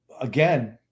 again